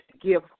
give